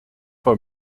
for